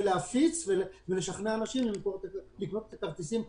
להפיץ ולשכנע אנשים לקנות את הכרטיסים,